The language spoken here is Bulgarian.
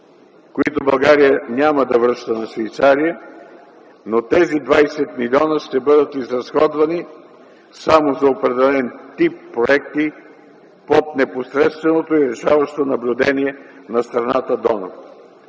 които България няма да връща на Швейцария, но те ще бъдат изразходвани само за определен тип проекти под непосредственото и решаващо наблюдение на страната-донор.